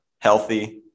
healthy